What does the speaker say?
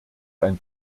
ein